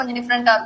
different